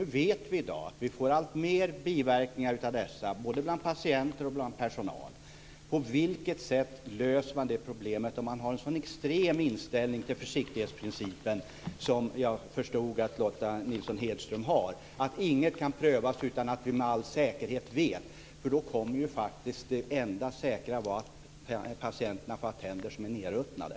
Vi vet i dag att vi får alltfler biverkningar av dessa både hos patienter och personal. På vilket sätt löser man det problemet om man har en så extrem inställning till försiktighetsprincipen som jag förstod att Lotta Nilsson-Hedström har, dvs. att inget kan prövas om vi inte med all säkerhet vet att det är ofarligt? Då kommer ju faktiskt det enda säkra vara att patienterna får ha tänder som är nedruttnade.